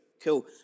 cool